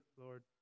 Lord